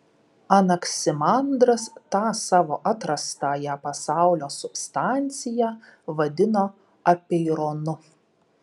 anaksimandras tą savo atrastąją pasaulio substanciją vadino apeironu